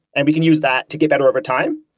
and we can use that to get better overtime.